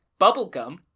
Bubblegum